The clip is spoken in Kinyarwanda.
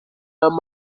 ayandi